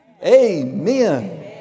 Amen